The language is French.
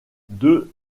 deux